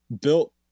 built